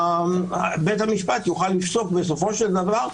בית המשפט יוכל לפסוק בסופו של דבר,